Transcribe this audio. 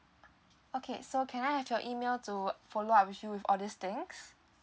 okay so can I have your email to follow up with you with all these things